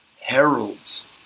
heralds